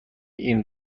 این